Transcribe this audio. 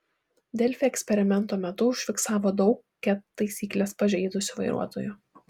delfi eksperimento metu užfiksavo daug ket taisykles pažeidusių vairuotojų